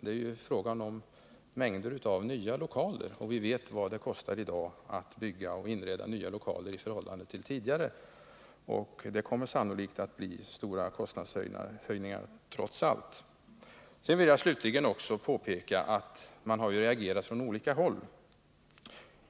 Det är ju fråga om en mängd nya lokaler, och vi vet vad det kostar i dag att bygga och inreda nya lokaler i förhållande till vad det kostade tidigare. Det kommer sannolikt att bli stora kostnadshöjningar trots allt. Slutligen vill jag påpeka att man har reagerat från olika håll.